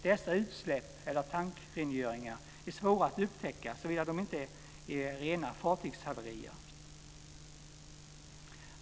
Dessa utsläpp, eller tankrengöringar, är svåra att upptäcka, såvida de inte är rena fartygshaverier.